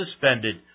suspended